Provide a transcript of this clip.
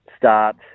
start